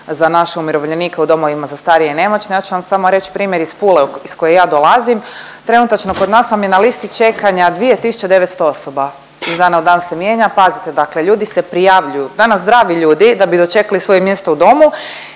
za naše umirovljenike u domovima za starije i nemoćne. Ja ću vam samo reć primjer iz Pule iz koje ja dolazim. Trenutačno kod nas vam je na listi čekanja 2.900 osoba. Iz dana u dan se mijenja. Pazite dakle ljudi se prijavljuju. Danas zdravi ljudi da bi dočekali svoje mjesto u domu